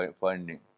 finding